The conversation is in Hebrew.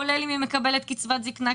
כולל אם היא מקבלת קצבת זקנה,